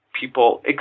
people